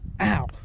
Ow